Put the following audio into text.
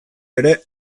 ere